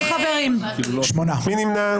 מי נמנע?